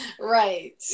Right